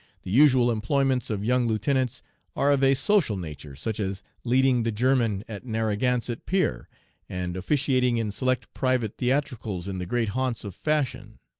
the usual employments of young lieutenants are of a social nature, such as leading the german at narraganset pier and officiating in select private theatricals in the great haunts of fashion.